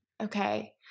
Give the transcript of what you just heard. Okay